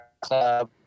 Club